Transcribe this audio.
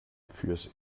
fürs